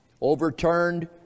overturned